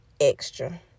extra